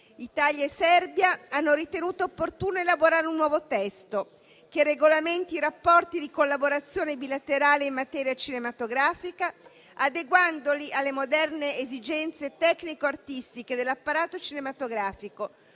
Italia e Serbia hanno ritenuto opportuno elaborare un nuovo testo che regolamenti i rapporti di collaborazione bilaterale in materia cinematografica adeguandoli alle moderne esigenze tecnico-artistiche dell'apparato cinematografico,